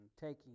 taking